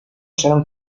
serán